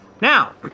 Now